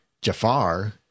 jafar